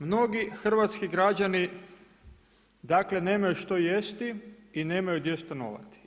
Mnogi hrvatski građani dakle, nemaju što jesti i nemaju gdje stanovati.